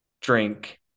drink